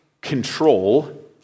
control